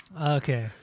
Okay